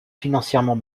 financièrement